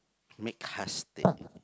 make haste